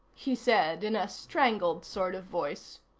he said in a strangled sort of voice.